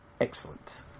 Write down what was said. Excellent